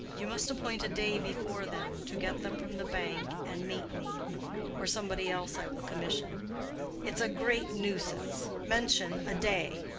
you must appoint a day before then, to get them from the bank and meet me or somebody else i will commission it's a great nuisance. mention a day.